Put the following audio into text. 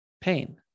Pain